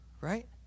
right